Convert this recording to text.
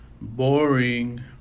Boring